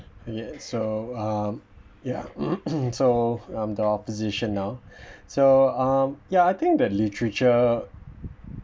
ya so um ya so um the opposition now so um ya I think that literature